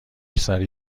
سریع